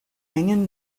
mengen